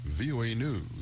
VOANews